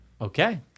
Okay